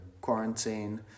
quarantine